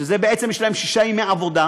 שזה, בעצם יש להם שישה ימי עבודה.